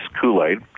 Kool-Aid